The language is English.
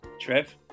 Trev